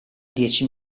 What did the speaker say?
dieci